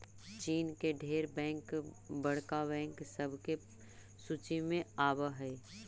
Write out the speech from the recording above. चीन के ढेर बैंक बड़का बैंक सब के सूची में आब हई